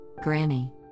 Granny